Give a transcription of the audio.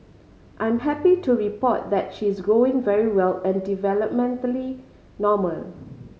I'm happy to report that she's growing very well and developmentally normal